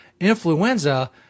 influenza